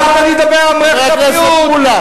הוא עונה.